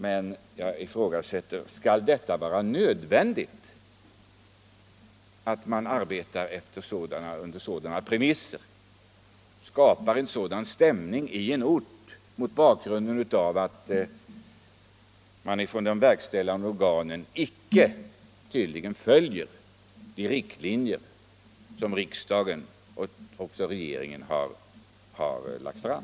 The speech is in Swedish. Men jag vill också fråga: Skall det vara nödvändigt att arbeta under sådana premisser och skapa sådana stämningar i en ort därför att det verkställande organet tydligen inte följer de riktlinjer som riksdagen och regeringen har dragit upp?